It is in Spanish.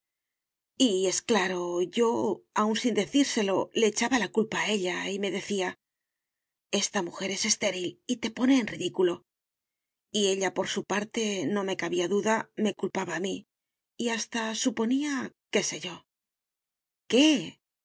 es claro yo aun sin decírselo le echaba la culpa a ella y me decía esta mujer es estéril y te pone en ridículo y ella por su parte no me cabía duda me culpaba a mí y hasta suponía qué sé yo qué